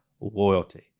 loyalty